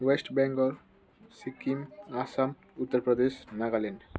West Bengal Sikkim Assam Uttar Pradesh Nagaland